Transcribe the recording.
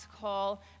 call